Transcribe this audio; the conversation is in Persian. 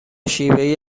شیوهای